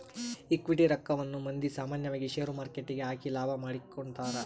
equity ರಕ್ಕವನ್ನ ಮಂದಿ ಸಾಮಾನ್ಯವಾಗಿ ಷೇರುಮಾರುಕಟ್ಟೆಗ ಹಾಕಿ ಲಾಭ ಮಾಡಿಕೊಂತರ